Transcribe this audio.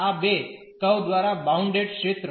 આ બે કર્વ દ્વારા બાઉન્ડેડ ક્ષેત્ર